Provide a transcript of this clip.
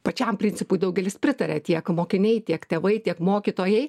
pačiam principui daugelis pritaria tiek mokiniai tiek tėvai tiek mokytojai